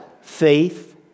faith